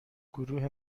گروه